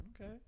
Okay